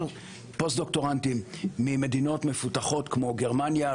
פוסט-דוקטורנטים ממדינות מפותחות כמו גרמניה,